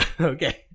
Okay